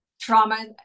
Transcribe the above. trauma